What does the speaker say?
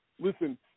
listen